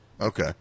Okay